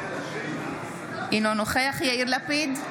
אינו נוכח יאיר לפיד,